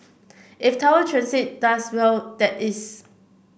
if Tower Transit does well that is